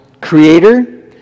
creator